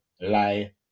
lie